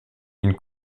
une